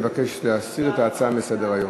מבקש להסיר את ההצעה מסדר-היום.